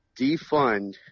defund